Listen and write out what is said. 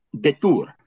detour